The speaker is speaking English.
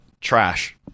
trash